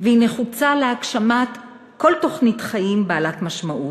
והיא נחוצה להגשמת כל תוכנית חיים בעלת משמעות.